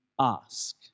ask